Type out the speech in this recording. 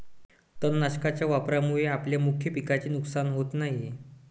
तणनाशकाच्या वापरामुळे आपल्या मुख्य पिकाचे नुकसान होत नाही